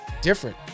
different